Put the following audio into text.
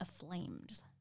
aflamed